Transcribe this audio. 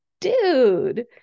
dude